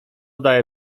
daję